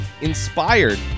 INSPIRED